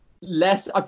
less